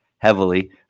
heavily